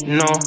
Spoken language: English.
no